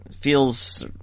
feels